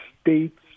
states